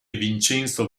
vincenzo